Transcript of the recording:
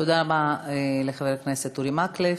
תודה רבה לחבר הכנסת אורי מקלב.